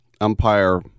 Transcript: umpire